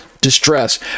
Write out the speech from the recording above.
distress